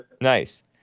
Nice